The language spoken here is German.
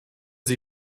sie